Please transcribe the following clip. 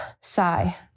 sigh